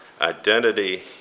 identity